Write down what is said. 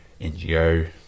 NGO